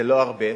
זה לא הרבה.